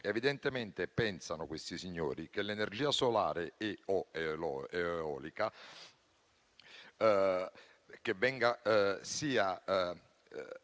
Evidentemente pensano, questi signori, che l'energia solare e/o eolica sia creata senza